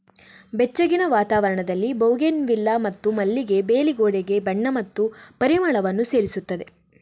ಬೆಚ್ಚಗಿನ ವಾತಾವರಣದಲ್ಲಿ ಬೌಗೆನ್ವಿಲ್ಲಾ ಮತ್ತು ಮಲ್ಲಿಗೆ ಬೇಲಿ ಗೋಡೆಗೆ ಬಣ್ಣ ಮತ್ತು ಪರಿಮಳವನ್ನು ಸೇರಿಸುತ್ತದೆ